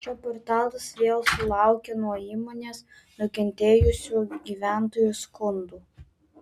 čia portalas vėl sulaukė nuo įmonės nukentėjusių gyventojų skundų